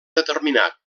determinat